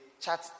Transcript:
chat